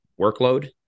workload